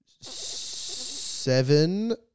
seven